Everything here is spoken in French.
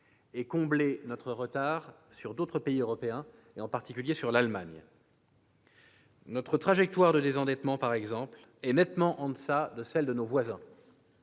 et combler notre retard sur d'autres pays européens, en particulier sur l'Allemagne. Notre trajectoire de désendettement, par exemple, est nettement en deçà de celle de nos voisins